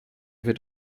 wird